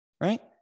right